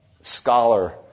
scholar